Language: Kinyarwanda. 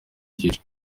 ryica